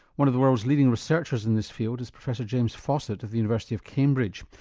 one of the world's leading researchers in this field is professor james fawcett of the university of cambridge.